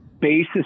basis